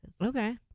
Okay